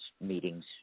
meetings